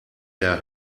der